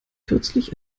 kürzlich